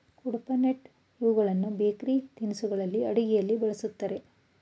ಕುಡ್ಪನಟ್ ಇವುಗಳನ್ನು ಬೇಕರಿ ತಿನಿಸುಗಳಲ್ಲಿ, ಅಡುಗೆಯಲ್ಲಿ ಬಳ್ಸತ್ತರೆ